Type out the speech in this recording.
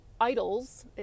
idols